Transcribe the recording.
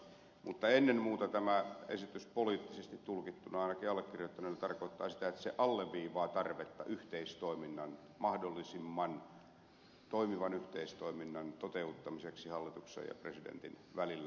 mutta ennen muuta tämä esitys poliittisesti tulkittuna ainakin allekirjoittaneelle tarkoittaa sitä että se alleviivaa tarvetta yhteistoiminnan mahdollisimman toimivan yhteistoiminnan toteuttamiseksi hallituksen ja presidentin välillä